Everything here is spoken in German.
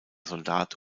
soldat